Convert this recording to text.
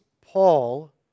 Paul